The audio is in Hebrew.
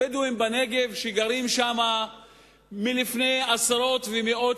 הבדואים בנגב גרים שם מלפני עשרות ומאות